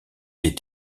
est